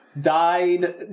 Died